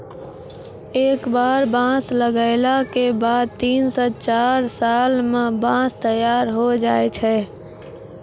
एक बार बांस लगैला के बाद तीन स चार साल मॅ बांंस तैयार होय जाय छै